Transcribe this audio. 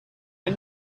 are